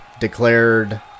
declared